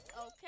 Okay